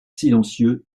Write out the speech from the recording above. silencieux